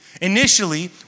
Initially